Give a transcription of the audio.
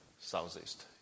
southeast